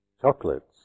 chocolates